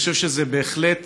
אני חושב שזה בהחלט